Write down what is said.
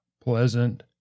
pleasant